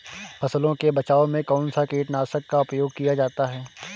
फसलों के बचाव में कौनसा कीटनाशक का उपयोग किया जाता है?